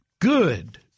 Good